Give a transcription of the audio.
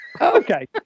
Okay